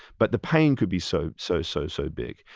but the pain could be so so so so big.